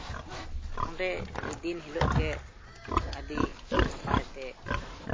ᱱᱚᱸᱰᱮ ᱫᱤᱱ ᱦᱤᱞᱳᱜ ᱜᱮ ᱟᱹᱰᱤ ᱱᱟᱯᱟᱭ ᱛᱮ